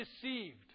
deceived